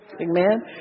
Amen